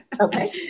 Okay